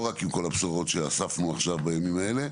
לא רק עם כל הבשורות שאספנו עכשיו בימים האלה,